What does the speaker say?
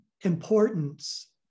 importance